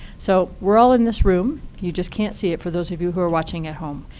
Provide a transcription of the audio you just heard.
so we're all in this room. you just can't see it, for those of you who are watching at home.